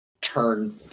turn